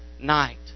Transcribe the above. night